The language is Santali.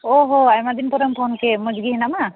ᱚ ᱦᱳ ᱟᱭᱢᱟ ᱫᱤᱱ ᱯᱚᱨᱮᱢ ᱯᱷᱳᱱ ᱠᱮᱫ ᱢᱚᱡᱽᱜᱮ ᱦᱮᱱᱟᱢᱟ